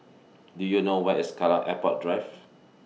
Do YOU know Where IS Kallang Airport Drive